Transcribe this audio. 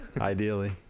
Ideally